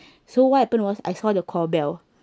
so what happened was I saw the call bell